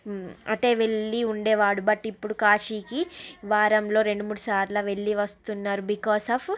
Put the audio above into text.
అటే వెళ్ళి ఉండేవాడు బట్ ఇప్పుడు కాశీకి వారంలో రెండు మూడు సార్లు వెళ్ళి వస్తున్నారు బికాస్ ఆఫ్